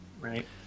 right